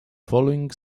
following